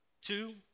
Two